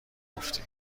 گفتی